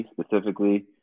specifically